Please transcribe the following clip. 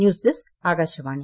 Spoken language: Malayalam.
news desk Akashvani